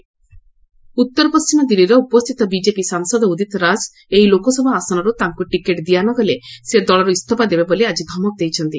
BJP ଉଦିତ୍ରାଜ ଉତ୍ତରପଶ୍ଚିମ ଦିଲ୍ଲୀର ଉପସ୍ଥିତ BJP ସାଂସଦ ଉଦିତ୍ ରାଜ ଏହି ଲୋକସଭା ଆସନରୁ ତାଙ୍କୁ ଟିକଟ ଦିଆନଗଲେ ସେ ଦଳରୁ ଇସ୍ତଫା ଦେବେ ବୋଲି ଆଜି ଧମକ ଦେଇଛନ୍ତି